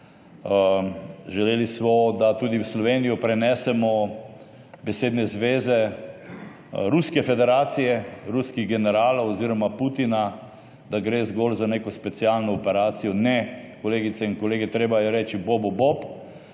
Želeli so, da tudi v Slovenijo prenesemo besedne zveze Ruske federacije, ruskih generalov oziroma Putina, da gre zgolj za neko specialno operacijo. Ne, kolegice in kolegi, treba je reči bobu bob.